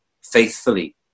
faithfully